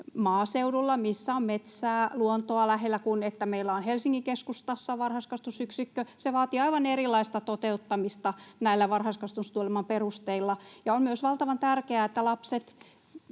maaseudulla, missä on metsää, luontoa lähellä, kuin jos meillä on Helsingin keskustassa varhaiskasvatusyksikkö. Se vaatii aivan erilaista toteuttamista näillä varhaiskasvatussuunnitelman perusteilla. Ja on myös valtavan tärkeää, että lapset,